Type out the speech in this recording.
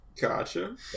gotcha